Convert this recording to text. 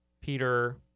Peter